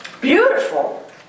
Beautiful